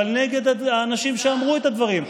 אבל נגד האנשים שאמרו את הדברים,